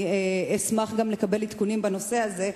ואשמח גם לקבל עדכונים בנושא הזה,